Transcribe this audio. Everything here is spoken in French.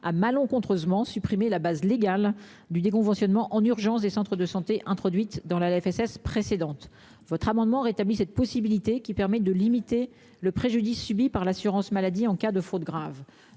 A malencontreusement supprimé la base légale du déconventionnement en urgence des centres de santé introduite dans la la FSS précédente votre amendement rétablit cette possibilité qui permet de limiter le préjudice subi par l'assurance maladie en cas de faute grave.